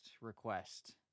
request